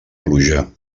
pluja